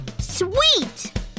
Sweet